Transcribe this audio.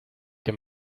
que